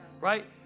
right